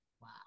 Wow